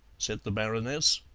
said the baroness.